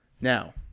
now